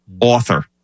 Author